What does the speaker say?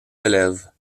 élèves